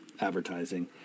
advertising